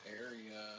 area